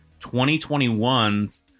2021's